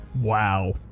Wow